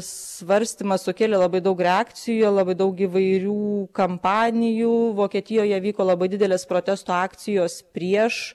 svarstymas sukėlė labai daug reakcijų labai daug įvairių kampanijų vokietijoje vyko labai didelės protesto akcijos prieš